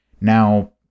Now